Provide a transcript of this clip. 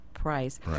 price